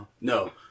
No